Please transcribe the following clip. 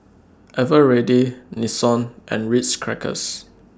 Eveready Nixon and Ritz Crackers